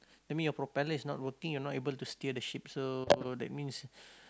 that mean your propeller is not working you're not able to steer the ship so that means